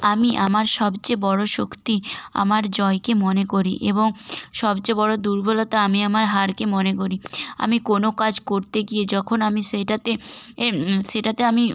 আমি আমার সবচেয়ে বড়ো শক্তি আমার জয়কে মনে করি এবং সবচেয়ে বড়ো দুর্বলতা আমি আমার হারকে মনে করি আমি কোনো কাজ করতে গিয়ে যখন আমি সেইটাতে এ সেটাতে আমি